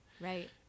Right